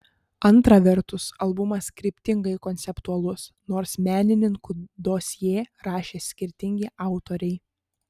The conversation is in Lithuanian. antra vertus albumas kryptingai konceptualus nors menininkų dosjė rašė skirtingi autoriai